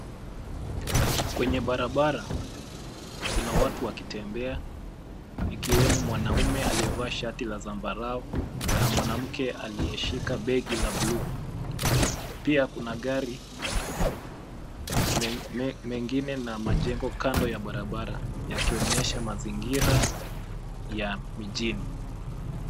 Kwenye barabara, kuna watu wakitembea, ikiwemo mwanaume aliyevaa shati la zambarau na mwanamke aliyeshika begi la buluu. Pia, kuna gari mengine na majengo kando ya barabara yakionyesha mazingira ya mijini.